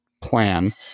plan